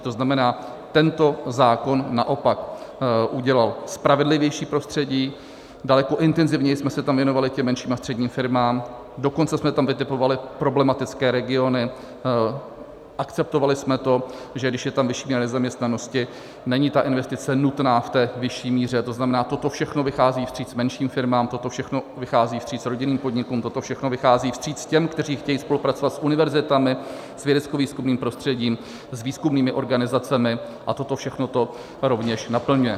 To znamená, že tento zákon naopak udělal spravedlivější prostředí, daleko intenzivněji jsme se tam věnovali těm menším a středním firmám, dokonce jsme tam vytipovali problematické regiony, akceptovali jsme to, že když je tam vyšší míra nezaměstnanosti, není ta investice nutná v té vyšší míře, to znamená, že toto všechno vychází vstříc menším firmám, toto všechno vychází vstříc rodinným podnikům, toto všechno vychází vstříc těm, kteří chtějí spolupracovat s univerzitami, s vědeckovýzkumným prostředím, s výzkumnými organizacemi, a toto všechno to rovně naplňuje.